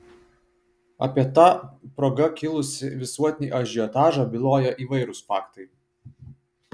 apie ta proga kilusį visuotinį ažiotažą byloja įvairūs faktai